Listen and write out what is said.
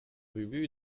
ubu